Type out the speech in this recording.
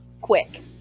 quick